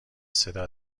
صدا